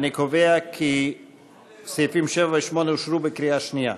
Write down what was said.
אני קובע כי סעיפים 7 ו-8 אושרו בקריאה שנייה.